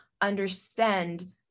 understand